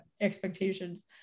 expectations